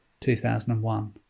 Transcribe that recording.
2001